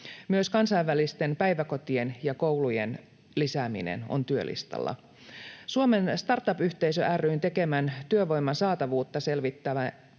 Myös kansainvälisten päiväkotien ja koulujen lisääminen on työlistalla. Suomen Startup-yhteisö ry:n tekemän, työvoiman saatavuutta selvittäneen